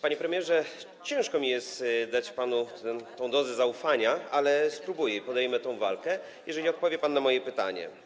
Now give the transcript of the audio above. Panie premierze, ciężko mi jest obdarzyć pana dozą zaufania, ale spróbuję i podejmę tę walkę, jeżeli odpowie pan na moje pytanie.